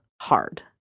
hard